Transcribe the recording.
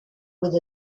with